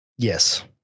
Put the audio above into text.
Yes